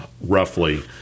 roughly